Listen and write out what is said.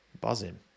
Buzzing